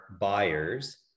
buyers